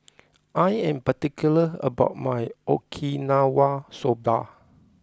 I am particular about my Okinawa Soba